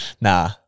Nah